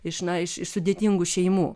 iš na iš sudėtingų šeimų